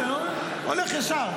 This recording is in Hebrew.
הולך ישר.